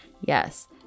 yes